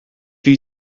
you